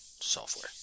software